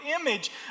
image